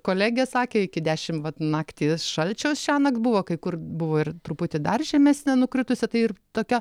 kolegė sakė iki dešim vat naktis šalčio šiąnakt buvo kai kur buvo ir truputį dar žemesnė nukritusi tai ir tokia